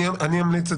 אני אמליץ,